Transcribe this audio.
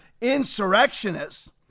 insurrectionists